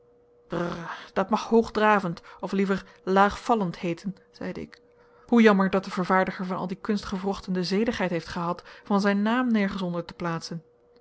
dat mag hoogdravend of liever laagvallend heeten zeide ik hoe jammer dat de vervaardiger van al die kunstgewrochten de zedigheid heeft gehad van zijn naam nergens onder te plaatsen